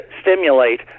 stimulate